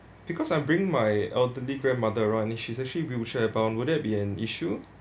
because I'm bring my elderly grandmother around and she's actually wheelchair-bound would that be an issue